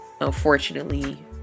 unfortunately